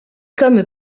comme